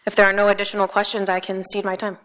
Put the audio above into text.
if there are no additional questions i can see my time